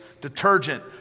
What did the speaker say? detergent